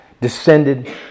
descended